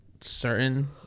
certain